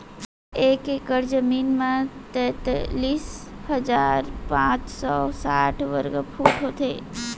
एक एकड़ जमीन मा तैतलीस हजार पाँच सौ साठ वर्ग फुट होथे